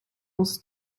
muss